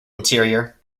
interior